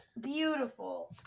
beautiful